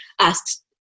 asked